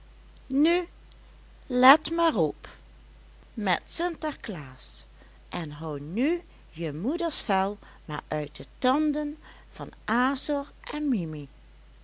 nu let maar op met sinter klaas en hou nu je moeders vel maar uit de tanden van azor en mimi